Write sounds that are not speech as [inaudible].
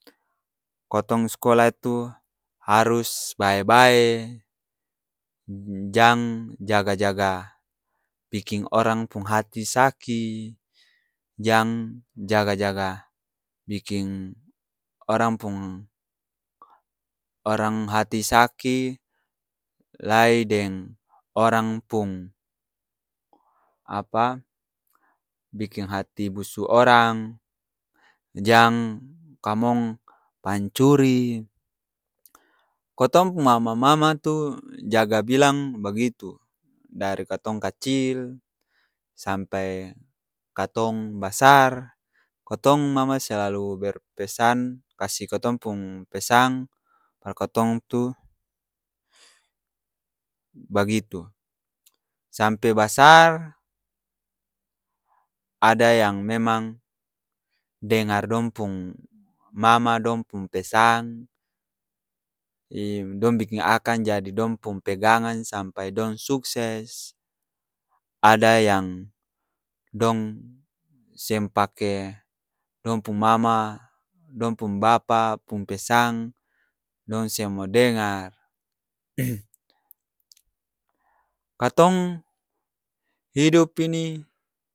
Kotong s'kola tu harus bae-bae, jang jaga-jaga biking orang pung hati saki jang jaga-jaga biking orang pung, orang hati saki, lai deng orang pung apa? Biking hati busu orang, jang kamong pancuri, kotong pung mama-mama tu jaga bilang bagitu, dari katong kacil sampai katong basar kotong mama selalu berpesan, kasih kotong pung pesang par kotong tu bagitu, sampe basar ada yang memang dengar dong pung mama dong pung pesang, i' dong biking akang jadi dong pung pegangan sampai dong sukses, ada yang dong seng pake dong pung mama dong pung bapa pung pesang, dong seng mau dengar [noise] katong hidup ini.